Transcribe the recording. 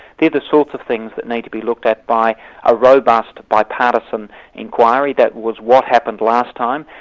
the the sorts of things that need to be looked at by a robust bipartisan inquiry, that was what happened last time,